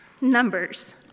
numbers